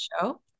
show